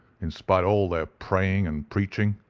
in spite o' all their praying and preaching.